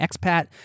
expat